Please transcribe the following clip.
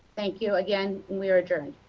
thank you again, we are adjourned.